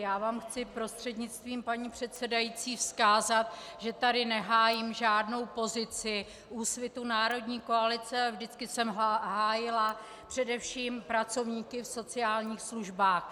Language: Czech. Já vám chci prostřednictvím paní předsedající vzkázat, že tady nehájím žádnou pozici Úsvit Národní koalice a vždycky jsem hájila především pracovníky v sociálních službách.